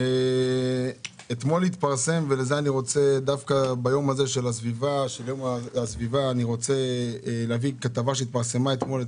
אני רוצה דווקא ביום הסביבה להביא כתבה שהתפרסמה אתמול,